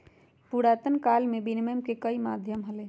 पुरातन काल में विनियम के कई माध्यम हलय